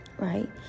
Right